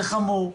זה חמור.